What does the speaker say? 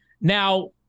now